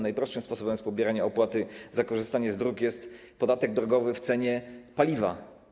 Najprostszym sposobem pobierania opłaty za korzystanie z dróg jest podatek drogowy w cenie paliwa.